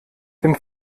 dem